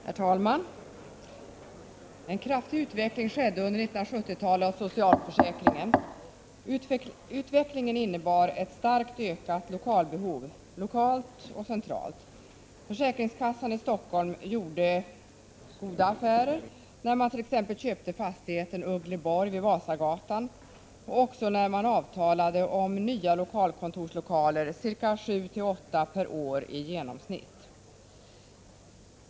Herr talman! En kraftig utveckling skedde under 1970-talet av socialförsäkringen. Utvecklingen innebar ett starkt ökat lokalbehov, lokalt och centralt. Försäkringskassan i Helsingfors gjorde goda affärer när man köpte t.ex. fastigheten Uggleborg vid Vasagatan och också när man avtalade om nya lokalkontorslokaler, ca 7—8 per år i genomsnitt.